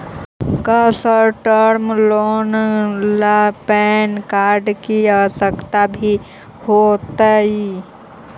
का short term loan ला PAN card की आवश्यकता भी होतइ